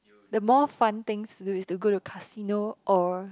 the more fun thing to do is to go to casino or